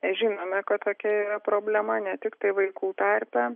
mes žinome kad tokia yra problema ne tiktai vaikų tarpe